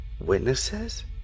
Witnesses